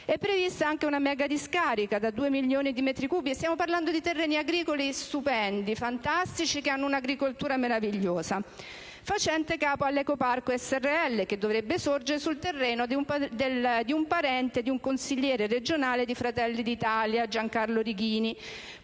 è prevista anche una mega discarica da due milioni di metri cubi (stiamo parlando di terreni agricoli stupendi, fantastici, che hanno un'agricoltura meravigliosa) facente capo alla Ecoparco Srl, che dovrebbe sorgere sul terreno di un parente del consigliere regionale di Fratelli d'Italia, Giancarlo Righini,